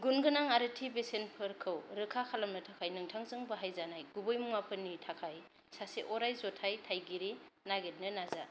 गुनगोनां आरो थि बेसेनफोरखौ रोखा खालामनो थाखाय नोंथांजों बाहायजानाय गुबै मुवाफोरनि थाखाय सासे अराय जथायथाइगिरि नायगिरनो नाजा